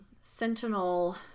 sentinel